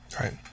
Right